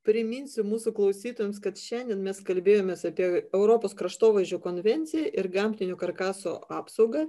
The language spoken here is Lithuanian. priminsiu mūsų klausytojams kad šiandien mes kalbėjomės apie europos kraštovaizdžio konvenciją ir gamtinio karkaso apsaugą